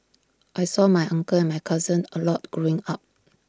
I saw my uncle and my cousins A lot growing up